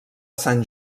sant